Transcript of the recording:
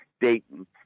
Dayton